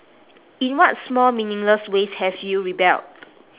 in what small meaningless ways have you rebelled